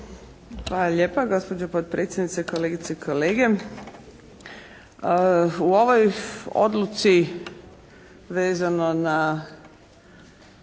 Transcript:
Hvala lijepa gospođo potpredsjednice, kolegice i kolege. U ovoj odluci vezano na